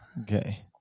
okay